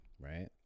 Right